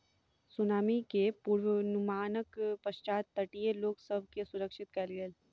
tsunami के पुर्वनुमानक पश्चात तटीय लोक सभ के सुरक्षित कयल गेल